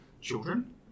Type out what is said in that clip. children